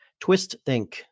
TwistThink